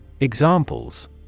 Examples